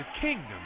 kingdom